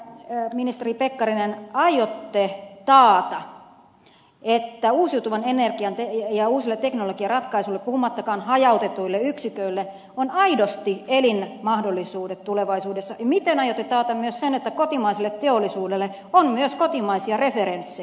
mitenkä ministeri pekkarinen aiotte taata että uusiutuvalla energialla ja uusilla teknologiaratkaisuilla puhumattakaan hajautetuista yksiköistä on aidosti elinmahdollisuudet tulevaisuudessa ja miten aiotte taata myös sen että kotimaiselle teollisuudelle on myös kotimaisia referenssejä